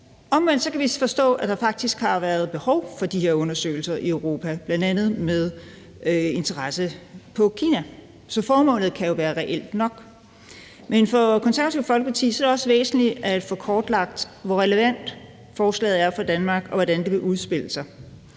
Omvendt kan vi forstå, at der faktisk har været behov for de her undersøgelser i Europa, bl.a. med henblik på Kina. Så formålet kan jo være reelt nok. Men for Det Konservative Folkeparti er det også væsentligt at få kortlagt, hvor relevant forslaget er for Danmark, og hvordan det vil udspillet sig.